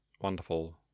wonderful